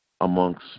amongst